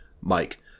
Mike